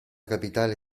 capitale